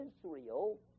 Israel